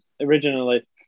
originally